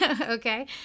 okay